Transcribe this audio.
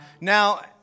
Now